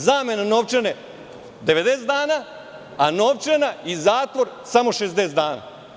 Zamena novčane 90 dana, a novčana i zatvor samo 60 dana.